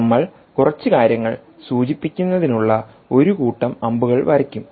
നമ്മൾ കുറച്ച് കാര്യങ്ങൾ സൂചിപ്പിക്കുന്നതിനുള്ള ഒരു കൂട്ടം അമ്പുകൾ വരയ്ക്കും